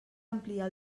ampliar